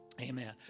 Amen